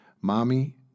Mommy